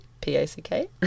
P-A-C-K